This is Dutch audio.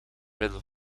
middel